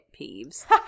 peeves